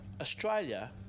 Australia